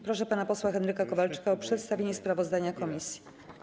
Proszę pana posła Henryka Kowalczyka o przedstawienie sprawozdania komisji.